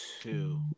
two